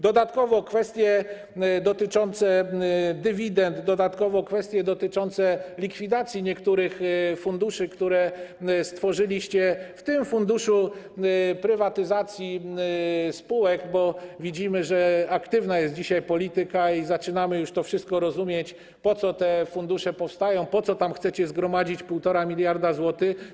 Dodatkowo są kwestie dotyczące dywidend, dodatkowo są kwestie dotyczące likwidacji niektórych funduszy, które stworzyliście w tym funduszu prywatyzacji spółek, bo widzimy, że aktywna jest dzisiaj polityka i zaczynamy już to wszystko rozumieć, po co te fundusze powstają, po co tam chcecie zgromadzić 1,5 mld zł.